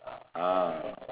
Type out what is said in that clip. ah